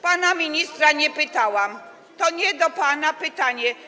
Pana ministra nie pytałam, to nie do pana pytanie.